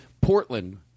Portland